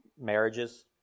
marriages